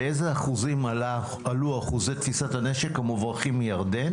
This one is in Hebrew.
באילו אחוזים עלו אחוזי כניסת הנשק המוברחים מירדן?